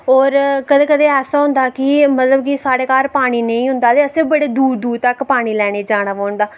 कदें कदें ऐसा होंदा कि मतलब कि साढे़ घार पानी नेईं होंदा दे असें बडे़ दूर दूर तक पानी लैने गी जाना पौंदा